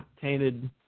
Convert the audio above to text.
tainted